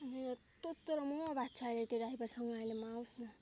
तँ तँ र म म बाझ्छु आहिले त्यो ड्राइभरसँग अहिले म आहिले म आओस् न